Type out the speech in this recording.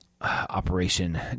operation